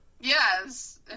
Yes